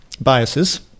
biases